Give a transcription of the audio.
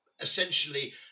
essentially